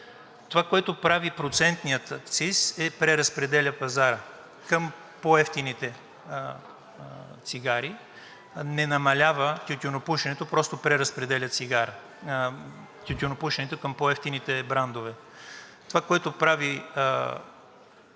Това, което прави процентният акциз, е, че преразпределя пазара към по-евтините цигари, не намалява тютюнопушенето, просто преразпределя тютюнопушенето към по-евтините брандове. Това, което прави